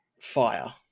fire